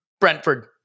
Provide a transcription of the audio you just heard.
Brentford